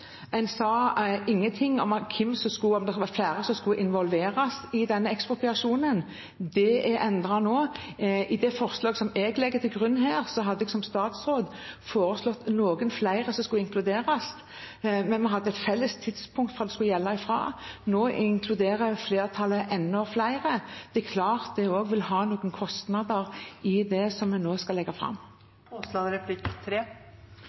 En sa ingenting om hvilke flere som skulle involveres i denne ekspropriasjonen. Det er endret nå. I det forslaget som jeg legger til grunn her, hadde jeg som statsråd foreslått noen flere som skulle inkluderes, men vi hadde et felles tidspunkt som det skulle gjelde fra. Nå inkluderer flertallet enda flere. Det er klart at det også vil medføre noen kostnader i det som vi nå skal legge fram.